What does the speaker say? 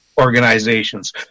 organizations